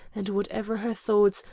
and whatever her thoughts,